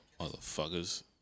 Motherfuckers